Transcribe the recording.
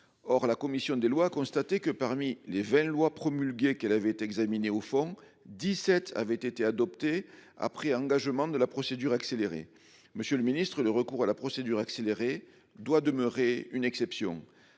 Or la commission des lois constaté que parmi les 20 loi promulguée qu'elle avait été examiné au fond 17 avait été adopté après engagement de la procédure accélérée. Monsieur le Ministre, le recours à la procédure accélérée doit demeurer une exception.